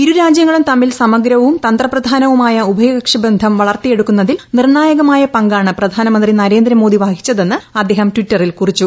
ഇരു രാജ്യങ്ങളും തമ്മിൽ സമഗ്രവും തന്ത്രപ്രധാനവുമായ ഉഭയകക്ഷി ബന്ധം വളർത്തിയെടുക്കുന്നതിൽ നിർണ്ണായകമായ പങ്കാണ് പ്രധാനമന്ത്രി നരേന്ദ്രമോദി വഹിച്ചതെന്ന് അദ്ദേഹം ടിറ്ററിൽ കുറിച്ചു